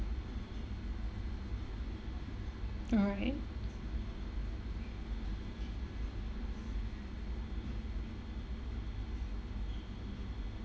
alright